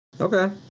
Okay